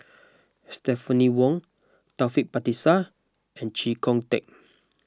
Stephanie Wong Taufik Batisah and Chee Kong Tet